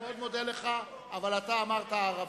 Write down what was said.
מאוד מודה לך, אבל אתה אמרת ערבים.